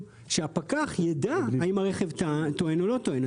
שהפקח יידע האם הרכב טוען או לא טוען.